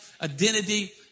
identity